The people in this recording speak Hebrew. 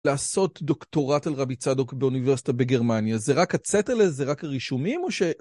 לעשות דוקטורט על רבי צדוק באוניברסיטה בגרמניה. זה רק הצטלה, זה רק הרישומים, או ש...